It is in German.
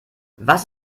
was